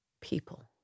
people